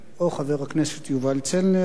או חבר הכנסת יובל צלנר,